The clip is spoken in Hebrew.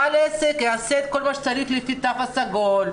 בעל עסק יעשה כל מה שצריך לפי התו הסגול,